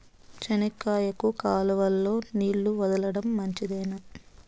చెనక్కాయకు కాలువలో నీళ్లు వదలడం మంచిదేనా?